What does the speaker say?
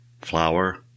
flour